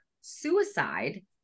suicide